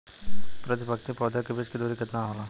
प्रति पंक्ति पौधे के बीच की दूरी केतना होला?